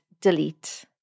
delete